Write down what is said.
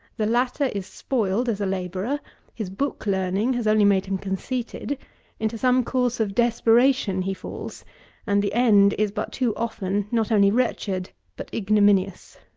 the latter is spoiled as a labourer his book-learning has only made him conceited into some course of desperation he falls and the end is but too often not only wretched but ignominious.